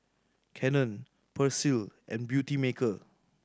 Canon Persil and Beautymaker